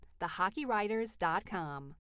thehockeywriters.com